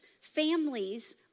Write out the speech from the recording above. families